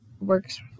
Works